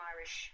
Irish